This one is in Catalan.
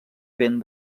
ben